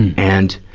and,